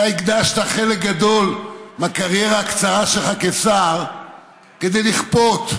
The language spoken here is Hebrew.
אתה הקדשת חלק גדול מהקריירה הקצרה שלך כשר כדי לכפות,